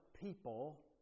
people